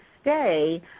stay